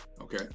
Okay